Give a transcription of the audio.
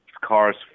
cars